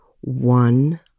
one